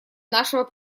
нашего